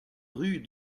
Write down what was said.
rue